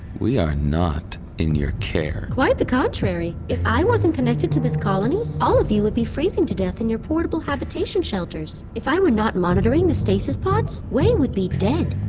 we are not in your care quite the contrary. if i wasn't connected to this colony all of you would be freezing to death in your portable habitation shelters. if i were not monitoring the stasis pods wei would be dead